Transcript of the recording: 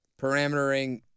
Parametering